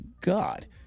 God